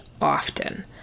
often